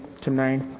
tonight